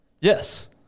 Yes